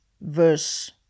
verse